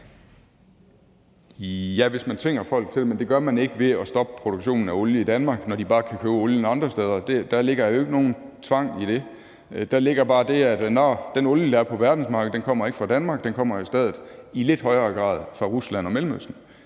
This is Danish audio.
Ja, hvis man tvinger folk til det, men det gør man ikke ved at stoppe produktionen af olie i Danmark, når de bare kan købe olien andre steder. Der ligger jo ikke nogen tvang i det. Der ligger bare det i det, at olien, der er på verdensmarkedet, ikke kommer fra Danmark – den kommer i stedet i lidt højere grad fra Rusland og Mellemøsten.